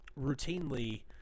routinely